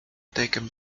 taken